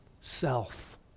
self